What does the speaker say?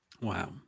Wow